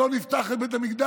לא נפתח את בית המקדש.